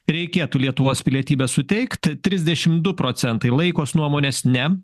reikėtų lietuvos pilietybę suteikti trisdešimt du procentai laikos nuomonės ne